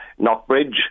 Knockbridge